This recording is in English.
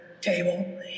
table